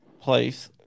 place